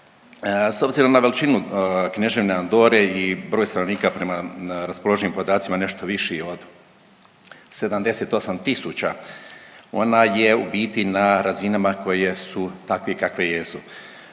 S obzirom na veličinu Kneževine Andore i broj stanovnika prema raspoloživim podacima je nešto viši od 78 tisuća, ona je u biti na razinama koje su takve kakve jesu.